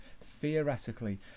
theoretically